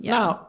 Now